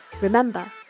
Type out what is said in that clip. Remember